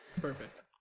Perfect